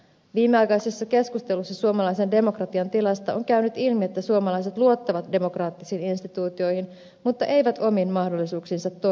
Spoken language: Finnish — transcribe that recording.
viimeaikaisissa keskusteluissa suomalaisen demokratian tilasta on käynyt ilmi että suomalaiset luottavat demokraattisiin instituutioihin mutta eivät omiin mahdollisuuksiinsa toimia ja vaikuttaa